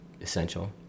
essential